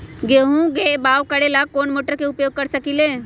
गेंहू के बाओ करेला हम कौन सा मोटर उपयोग कर सकींले?